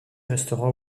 restera